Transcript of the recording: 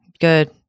Good